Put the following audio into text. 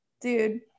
dude